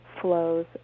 flows